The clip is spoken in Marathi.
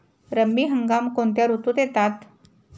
रब्बी हंगाम कोणत्या ऋतूत येतात?